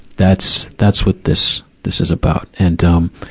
that's, that's what this, this is about. and, um,